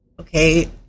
okay